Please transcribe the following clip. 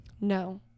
No